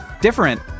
different